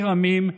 עיר עמים,